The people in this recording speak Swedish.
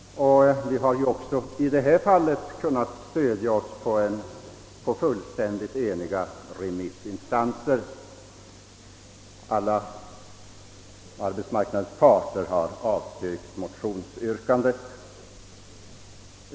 Vi har också i detta fall kunnat stödja oss på fullständigt eniga remissinstanser. Alla arbetsmarknadens parter har avstyrkt motionsyrkandet.